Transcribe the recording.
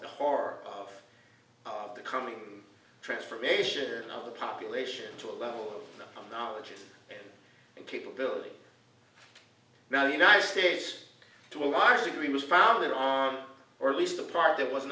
the horror of the coming transformation of the population to a level of knowledge and capability now the united states to a large degree was founded on or at least the part that was